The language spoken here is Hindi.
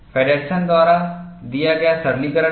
फेडरसन द्वारा दिया गया सरलीकरण है